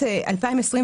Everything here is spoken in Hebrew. מיליון שקלים.